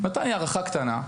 נתן לי הארכה קטנה.